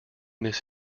this